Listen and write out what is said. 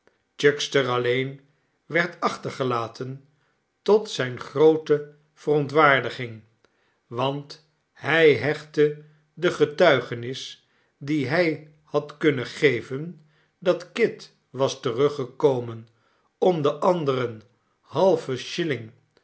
chuckster alleen werd achtergelaten tot zijne groote verontwaardiging want hij hechtte de getuigenis die hij had kunnen geven dat kit was teruggekomen om den anderen halven